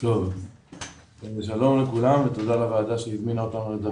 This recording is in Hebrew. שוב שלום לכולם ותודה לוועדה שהזמינה אותנו.